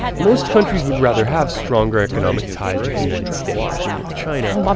most countries would rather have stronger economic ties with the united states than with china,